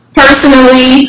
personally